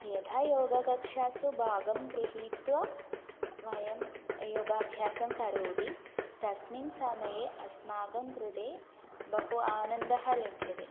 यदा योगकक्षासु भागं गृहीत्वा वयं योगाभ्यासं करोति तस्मिन् समये अस्माकं कृते बहु आनन्दः लभ्यते